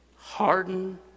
harden